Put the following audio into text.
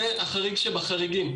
זה החריג שבחריגים,